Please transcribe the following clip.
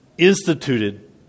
instituted